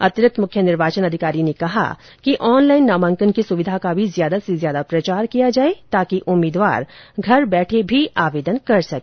अतिरिक्त मुख्य निर्वाचन अधिकारी ने कहा कि ऑनलाइन नामांकन की सुविधा का भी ज्यादा से ज्यादा प्रचार किया जाए ताकि उम्मीदवार घर बैठे भी आवेदन कर सके